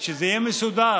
שזה יהיה מסודר.